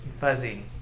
fuzzy